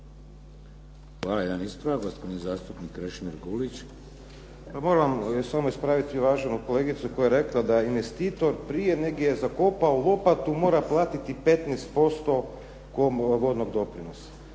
Hvala. Jedan ispravak gospodin zastupnik Krešimir Gulić. **Gulić, Krešimir (HDZ)** Pa moram samo ispraviti uvaženu kolegicu koja je rekla da je investitor prije nego je zakopao lopatu mora platiti 15% vodnog doprinosa.